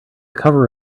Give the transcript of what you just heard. cover